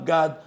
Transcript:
God